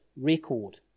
record